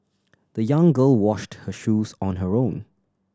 the young girl washed her shoes on her own